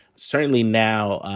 certainly now.